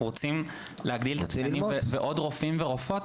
אנחנו רוצים להגדיל בעוד רופאים ורופאות